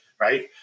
Right